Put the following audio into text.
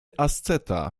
asceta